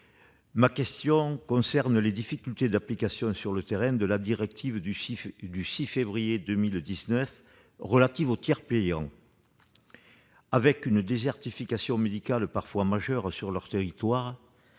Ma question concerne les difficultés d'application sur le terrain de l'instruction du 6 février 2019 relative au tiers payant. Confrontés à une désertification médicale parfois majeure sur leur territoire,